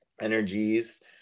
energies